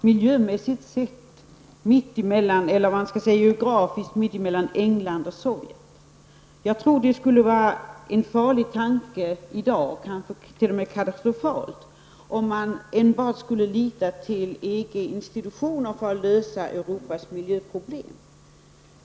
Herr talman! Sverige och Norden ligger geografiskt mitt emellan England och Sovjetunionen. Jag tror att det skulle vara en farlig tanke, eller rent av katastrofal, om man i dag skulle lita till EG-institutioner för att lösa Europas miljöproblem.